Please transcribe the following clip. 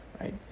right